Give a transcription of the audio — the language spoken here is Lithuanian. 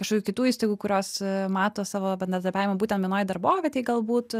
kažkokių kitų įstaigų kurios mato savo bendradarbiavimą būtent vienoj darbovietėj galbūt